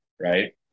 right